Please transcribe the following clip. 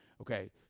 Okay